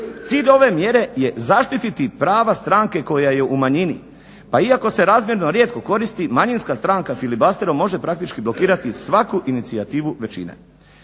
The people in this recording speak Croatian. Cilj ove mjere je zaštititi prava stranke koja je u manjini pa iako se razmjerno rijetko koristi manjinska stranka filibusterom može praktički blokirati svaku inicijativu većine.